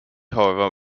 however